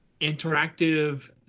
interactive